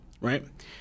right